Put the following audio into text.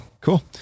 Cool